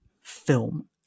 film